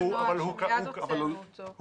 אבל הוא כתוב?